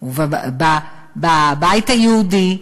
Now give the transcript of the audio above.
ובבית היהודי,